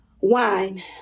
Wine